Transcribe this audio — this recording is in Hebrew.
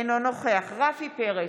אינו נוכח רפי פרץ,